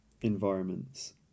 environments